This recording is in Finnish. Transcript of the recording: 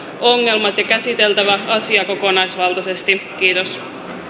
ongelmat ja käsiteltävä asia kokonaisvaltaisesti kiitos